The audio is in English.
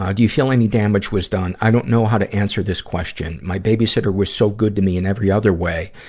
um do you feel any damage was done? i don't know how to answer this question. my babysitter was so good to me in every other way,